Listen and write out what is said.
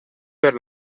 per